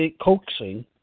coaxing